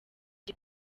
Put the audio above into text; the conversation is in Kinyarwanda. jye